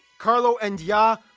carlo and ya